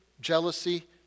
jealousy